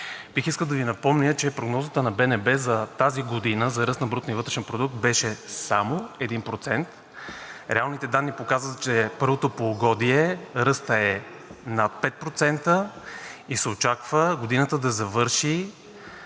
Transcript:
Бих искал да Ви напомня, че прогнозата на БНБ за тази година за ръст на брутния вътрешен продукт беше само 1%. Реалните данни показват, че първото полугодие ръстът е над 5% и се очаква годината да завърши